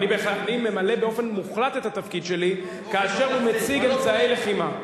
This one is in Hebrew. אני ממלא באופן מוחלט את התפקיד שלי כאשר הוא מציג אמצעי לחימה.